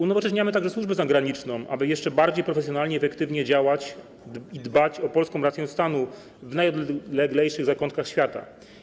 Unowocześniamy także służbę zagraniczną, aby jeszcze bardziej profesjonalnie i efektywnie działać i dbać o polską rację stanu w najodleglejszych zakątkach świata.